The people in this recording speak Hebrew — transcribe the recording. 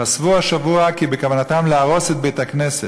חשפו השבוע כי בכוונתם להרוס את בית-הכנסת.